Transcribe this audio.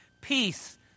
Peace